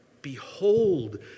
Behold